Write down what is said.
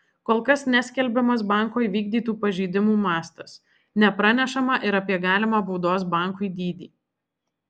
kol kas neskelbiamas banko įvykdytų pažeidimų mastas nepranešama ir apie galimą baudos bankui dydį